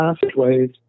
passageways